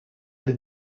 than